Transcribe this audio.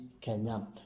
Kenya